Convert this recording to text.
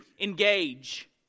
engage